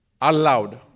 aloud